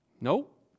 Nope